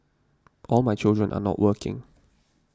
all my children are not working